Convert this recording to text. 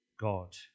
God